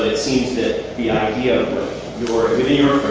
it seems that the idea of your video